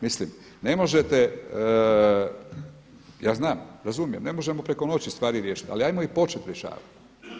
Mislim ne možete ja znam razumijem, ne možemo preko noći stvari riješiti ali ajmo ih početi rješavati.